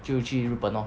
就去日本 lor